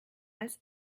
als